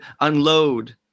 unload